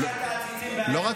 פיזרה, השקתה את העציצים, לא.